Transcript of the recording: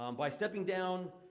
um by stepping down,